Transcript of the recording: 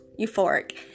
euphoric